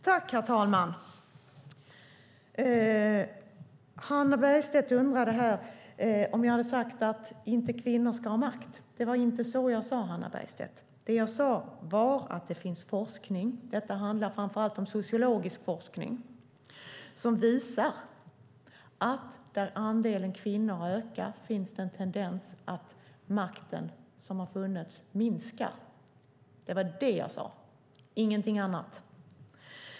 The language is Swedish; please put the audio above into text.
Herr talman! Hannah Bergstedt undrade om jag har sagt att kvinnor inte ska ha makt. Det var inte det jag sade. Jag sade att det finns forskning - detta handlar framför allt om sociologisk forskning - som visar att där andelen kvinnor ökar finns det en tendens att den makt som har funnits minskar. Det var det jag sade och ingenting annat.